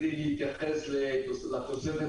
להתייחס לתוספת